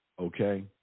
okay